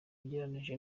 ugereranyije